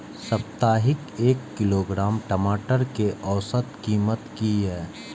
साप्ताहिक एक किलोग्राम टमाटर कै औसत कीमत किए?